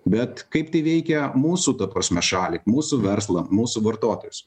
bet kaip tai veikia mūsų ta prasme šalį mūsų verslą mūsų vartotojus